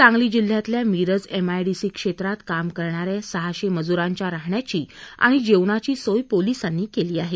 सांगली जिल्ह्यातल्या मिरज एमआयडीसी क्षेत्रात काम करणाऱ्या सहाशे मजुरांच्या राहण्याची आणि जेवणाची सोय पोलिसांनी केली आहे